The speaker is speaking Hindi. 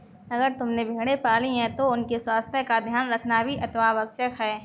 अगर तुमने भेड़ें पाली हैं तो उनके स्वास्थ्य का ध्यान रखना भी अतिआवश्यक है